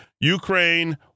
Ukraine